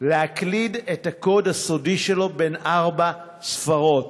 להקליד את הקוד הסודי שלו בן ארבע הספרות,